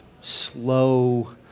slow